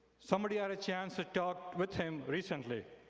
somebody had a chance to talk with him recently.